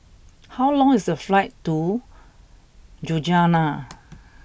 how long is the flight to Ljubljana